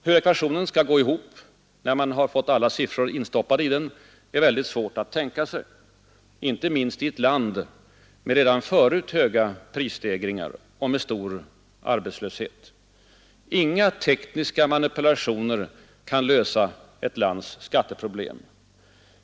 Hur ekvationen skall gå ihop när man fått alla siffrorna inkopplade i den är svårt att tänka sig, inte minst i ett land med redan förut höga prisstegringar och stor arbetslöshet. Inga tekniska manipulationer kan lösa ett lands skatteproblem.